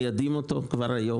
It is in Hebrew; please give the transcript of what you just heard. מיידעים אותו כבר היום.